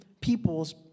people's